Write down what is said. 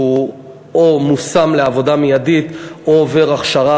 והוא או מושם לעבודה מיידית או עובר הכשרה